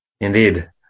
Indeed